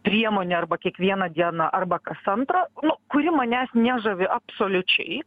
priemonė arba kiekvieną dieną arba kas antrą nu kuri manęs nežavi absoliučiai